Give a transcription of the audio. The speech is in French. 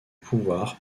pouvoir